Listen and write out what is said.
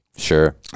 Sure